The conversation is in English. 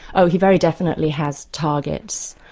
oh he very definitely has targets.